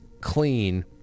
clean